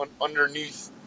underneath